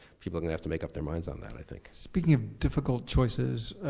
people are gonna have to make up their minds on that i think. speaking of difficult choices,